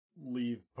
leave